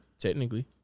technically